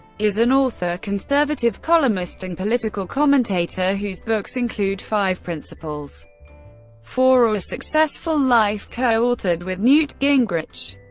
is an author, conservative columnist, and political commentator, whose books include five principles for a successful life, co-authored with newt gingrich.